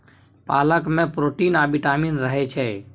पालक मे प्रोटीन आ बिटामिन रहय छै